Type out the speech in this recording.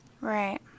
Right